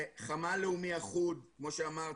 חמ"ל לאומי אחוד, כמו שאמרתי.